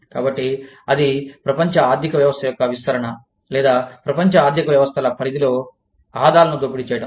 కాబట్టి అది ప్రపంచ ఆర్థిక వ్యవస్థ యొక్క విస్తరణ లేదా ప్రపంచ ఆర్థిక వ్యవస్థల పరిధిలో ఆదాలను దోపిడీ చేయడం